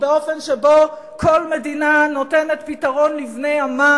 באופן שבו כל מדינה נותנת פתרון לבני עמה,